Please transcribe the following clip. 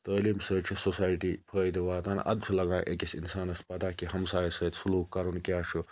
تعلیم سۭتۍ چھُ سوسایٹی فٲیدٕ واتان اَدٕ چھُ لَگان أکِس پَتاہ کہِ ہَمسایَس سۭتۍ سلوٗک کَرُن کیاہ چھُ